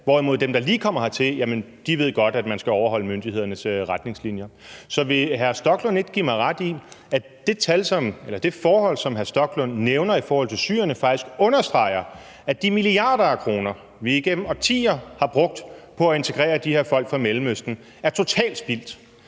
hvorimod dem, der lige kommer hertil, godt ved, at man skal overholde myndighedernes retningslinjer. Så vil hr. Rasmus Stoklund ikke give mig ret i, at det forhold, som hr. Rasmus Stoklund nævner om syrere, faktisk understreger, at de milliarder af kroner, vi igennem årtier har brugt på at integrere de her folk fra Mellemøsten, er totalt spildt?